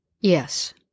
yes